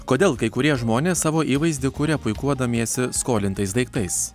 kodėl kai kurie žmonės savo įvaizdį kuria puikuodamiesi skolintais daiktais